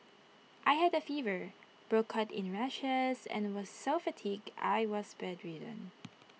I had A fever broke out in rashes and was so fatigued I was bedridden